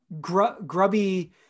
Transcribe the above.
grubby